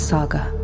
Saga